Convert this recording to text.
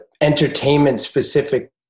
entertainment-specific